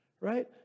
Right